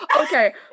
okay